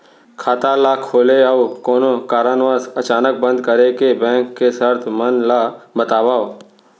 खाता ला खोले अऊ कोनो कारनवश अचानक बंद करे के, बैंक के शर्त मन ला बतावव